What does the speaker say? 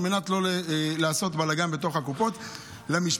על מנת לא לעשות בלגן בתוך הקופות למשפחות.